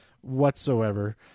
whatsoever